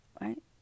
Right